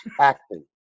acting